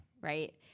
Right